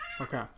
Okay